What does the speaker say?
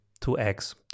2x